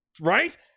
right